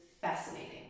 fascinating